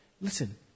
listen